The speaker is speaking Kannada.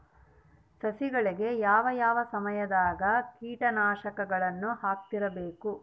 ಸಸಿಗಳಿಗೆ ಯಾವ ಯಾವ ಸಮಯದಾಗ ಕೇಟನಾಶಕಗಳನ್ನು ಹಾಕ್ತಿರಬೇಕು?